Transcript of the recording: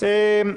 על סדר היום.